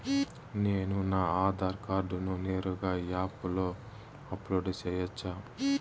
నేను నా ఆధార్ కార్డును నేరుగా యాప్ లో అప్లోడ్ సేయొచ్చా?